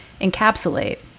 encapsulate